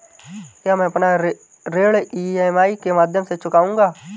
क्या मैं अपना ऋण ई.एम.आई के माध्यम से चुकाऊंगा?